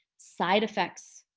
side effects,